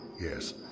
Yes